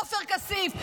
עופר כסיף,